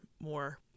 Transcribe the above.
more